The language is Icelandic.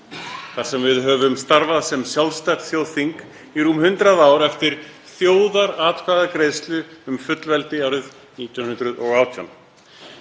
þar sem við höfum starfað sem sjálfstætt þjóðþing í rúm 100 ár eftir þjóðaratkvæðagreiðslu um fullveldi árið 1918.